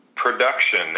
production